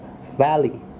valley